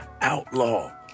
outlaw